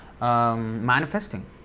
manifesting